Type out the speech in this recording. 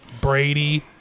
Brady